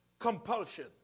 Compulsion